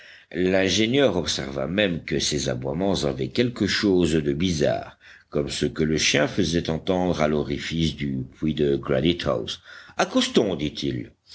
l'ingénieur observa même que ces aboiements avaient quelque chose de bizarre comme ceux que le chien faisait entendre à l'orifice du puits de granite house accostons dit-il